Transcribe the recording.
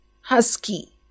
husky